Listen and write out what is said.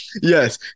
yes